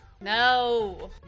No